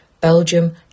Belgium